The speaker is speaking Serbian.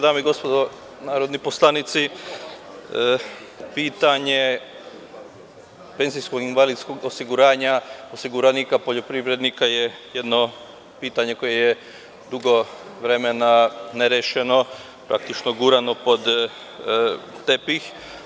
Dame i gospodo narodni poslanici, pitanje penzijskog i invalidskog osiguranja osiguranika poljoprivrednika je jedno pitanje koje je dugo vremena nerešeno, praktično gurano pod tepih.